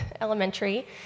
Elementary